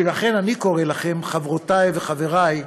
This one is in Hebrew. ולכן אני קורא לכם, חברותי וחברי,